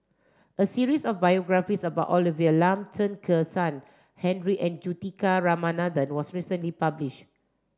a series of biographies about Olivia Lum Chen Kezhan Henri and Juthika Ramanathan was recently publish